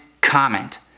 comment